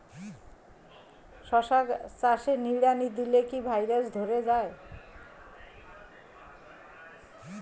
শশা চাষে নিড়ানি দিলে কি ভাইরাস ধরে যায়?